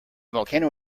volcano